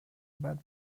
bad